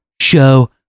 show